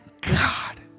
God